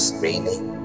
meaning